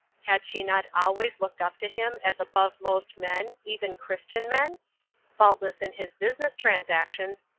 had she not always looked up to him as above most men, even christian men faultless in his business transactions,